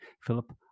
Philip